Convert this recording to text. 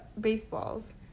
baseballs